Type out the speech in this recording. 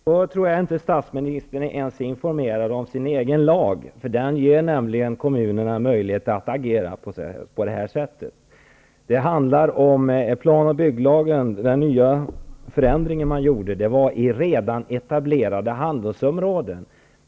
Fru talman! Är inte statsministern ens informerad om sin egen lag? Den ger nämligen kommunerna möjligheter att agera på det sättet. Den förändring som gjordes i plan och bygglagen gällde redan etablerade handelsområden.